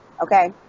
okay